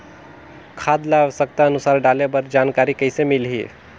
खाद ल आवश्यकता अनुसार डाले बर जानकारी कइसे मिलही?